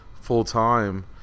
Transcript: full-time